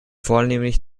vornehmlich